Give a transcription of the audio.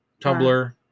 Tumblr